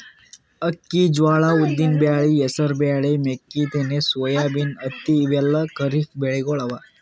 ಅಕ್ಕಿ, ಜ್ವಾಳಾ, ಉದ್ದಿನ್ ಬ್ಯಾಳಿ, ಹೆಸರ್ ಬ್ಯಾಳಿ, ಮೆಕ್ಕಿತೆನಿ, ಸೋಯಾಬೀನ್, ಹತ್ತಿ ಇವೆಲ್ಲ ಖರೀಫ್ ಬೆಳಿಗೊಳ್ ಅವಾ